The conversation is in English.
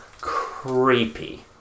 creepy